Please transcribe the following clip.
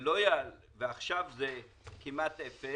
ועכשיו זה כמעט אפס.